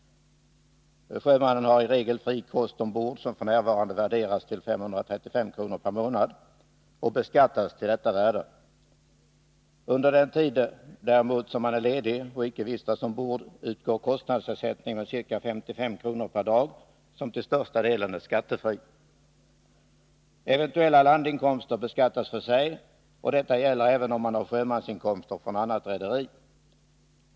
Sjömannen har i regel fri kost ombord, som f. n. värderas till 550 kr. per månad, och beskattas för detta värde. Under den tid han är ledig och icke vistas ombord får han kostersättning med 55 kr. per dag, som till största delen är skattefri. Eventuella landinkomster beskattas för sig. Detta gäller även om han har sjömansinkomster från annat rederi.